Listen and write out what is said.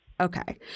Okay